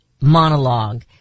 monologue